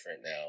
now